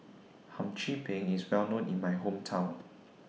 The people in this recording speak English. Hum Chim Peng IS Well known in My Hometown